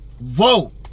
vote